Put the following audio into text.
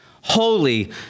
holy